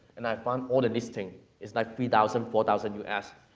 and i found all the listing is like three thousand, four thousand u s.